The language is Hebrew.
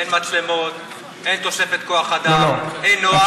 אין מצלמות, אין תוספת כוח אדם, אין נוהל.